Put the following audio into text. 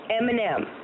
Eminem